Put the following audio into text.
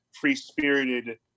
free-spirited